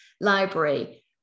library